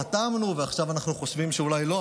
חתמנו ועכשיו אנחנו חושבים שאולי לא,